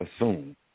assume